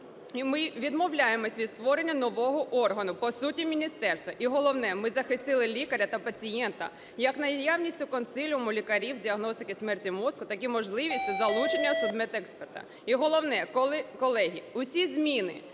ми відмовляємось від створення нового органу – по суті міністерства. І головне – ми захистили лікаря та пацієнта як наявністю консиліуму лікарів з діагностики смерті мозку, так і можливістю залучення судмедексперта. І головне, колеги. Усі зміни,